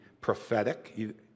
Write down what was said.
prophetic